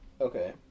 Okay